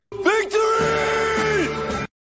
Victory